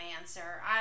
answer